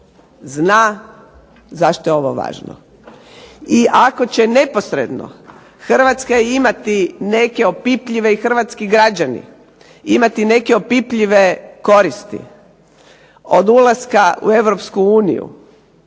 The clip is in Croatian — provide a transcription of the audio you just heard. zna zašto je ovo važno. I ako će neposredno Hrvatska imati neke opipljive i hrvatski građani imati neke opipljive koristi od ulaska u EU prije